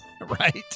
Right